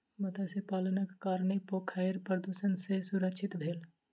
मत्स्य पालनक कारणेँ पोखैर प्रदुषण सॅ सुरक्षित भेल